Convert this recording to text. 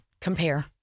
compare